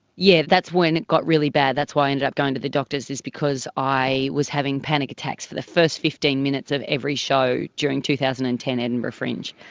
yes, that's when it got really bad, that's why i ended up going to the doctors, is because i was having panic attacks for the first fifteen minutes of every show during two thousand and ten edinburgh fringe,